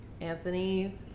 Anthony